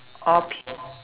orh